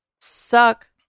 suck